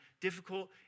difficult